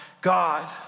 God